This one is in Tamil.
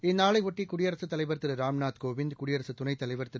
இந்நாளையொட்டி குடியரசுத் தலைவர் திருராம்நாத் கோவிந்த் குடியரசுத் துணைத் தலைவர் திரு